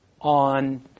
on